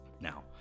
Now